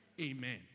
Amen